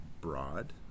broad